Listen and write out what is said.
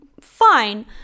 fine